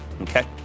Okay